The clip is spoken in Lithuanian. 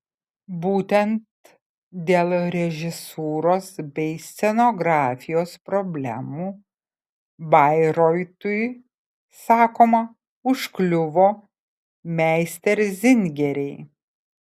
būtent dėl režisūros bei scenografijos problemų bairoitui sakoma užkliuvo meisterzingeriai